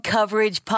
Coverage